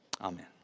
amen